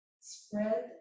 spread